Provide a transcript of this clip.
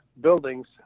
buildings